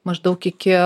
maždaug iki